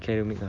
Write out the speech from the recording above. academic lah